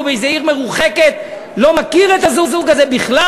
באיזו עיר מרוחקת לא מכיר את הזוג הזה בכלל.